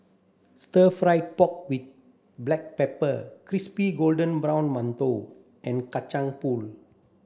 stir fried pork with black pepper crispy golden brown mantou and Kacang Pool